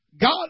God